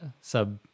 sub